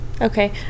Okay